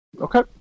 Okay